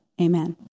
Amen